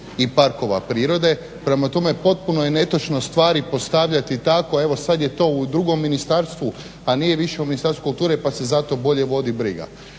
i parkova prirode. Prema tome, potpuno je netočno stvari postavljati tako. Evo sad je to u drugom ministarstvu, pa nije više u Ministarstvu kulture, pa se zato bolje vodi briga.